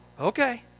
Okay